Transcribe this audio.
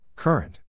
Current